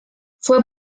fue